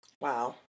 Wow